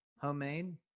Homemade